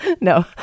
no